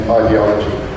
ideology